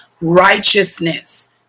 righteousness